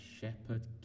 shepherd